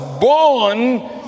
born